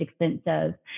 expensive